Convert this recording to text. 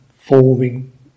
forming